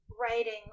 writing